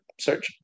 search